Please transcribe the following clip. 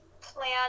plan